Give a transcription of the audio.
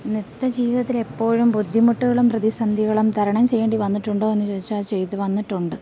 നൃത്ത ജീവിതത്തിലെപ്പോഴും ബുദ്ധിമുട്ടുകളും പ്രതിസന്ധികളും തരണം ചെയ്യേണ്ടി വന്നിട്ടുണ്ടോയെന്നു ചോദിച്ചാൽ ചെയ്ത് വന്നിട്ടുണ്ട്